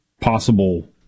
possible